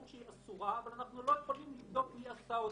שהיא אסורה אבל אנחנו לא יכולים לבדוק מי עשה אותה?